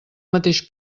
mateix